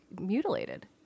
mutilated